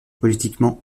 politiquement